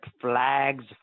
flags